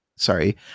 Sorry